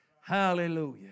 Hallelujah